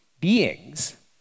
beings